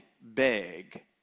beg